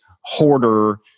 hoarder